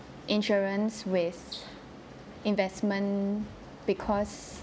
insurance with investment because